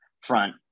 front